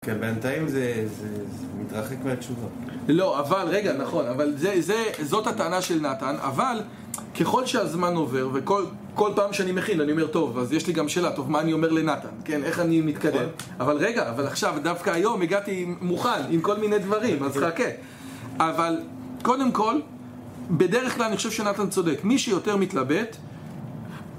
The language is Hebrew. כן, בינתיים זה מתרחק מהתשובה. לא, אבל, רגע, נכון, אבל זאת הטענה של נתן, אבל ככל שהזמן עובר, וכל פעם שאני מכין, אני אומר טוב, אז יש לי גם שאלה, טוב, מה אני אומר לנתן? כן, איך אני מתקדם? אבל רגע, אבל עכשיו, דווקא היום הגעתי מוכן עם כל מיני דברים, אז חכה. אבל, קודם כל, בדרך כלל אני חושב שנתן צודק. מי שיותר מתלבט...